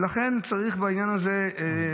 ולכן, צריך בעניין הזה,